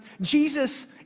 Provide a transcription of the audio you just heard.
Jesus